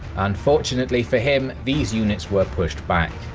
unfortunately for him, these units were pushed back,